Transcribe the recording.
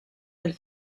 elle